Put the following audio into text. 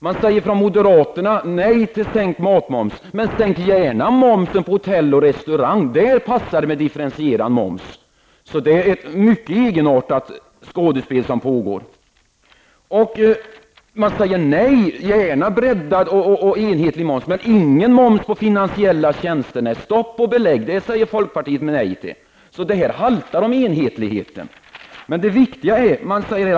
Moderaterna säger nej till sänkt matmoms. Men de vill gärna sänka momsen för hotell och restaurangnäringen. Där passar det med differentierad moms. Det är alltså ett mycket egenartat skådespel som pågår. Man vill gärna ha breddad och enhetlig moms, men man vill inte ha någon moms på finansiella tjänster. Stopp och belägg, det säger folkpartiet nej till. Enhetligheten haltar således.